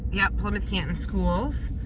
yep, plymouth canton schools.